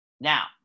Now